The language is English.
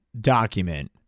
document